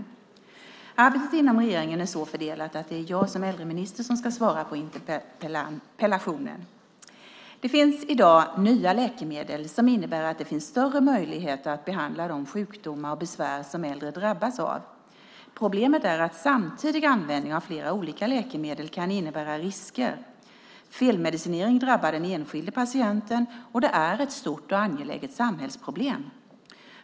Arbetet inom regeringen är så fördelat att det är jag som äldreminister som ska svara på interpellationen. Det finns i dag nya läkemedel som innebär att det finns större möjligheter att behandla de sjukdomar och besvär som äldre drabbas av. Problemet är att samtidig användning av flera olika läkemedel kan innebära risker. Felmedicinering drabbar den enskilde patienten och det är ett stort och angeläget samhällsproblem.